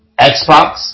Xbox